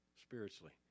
spiritually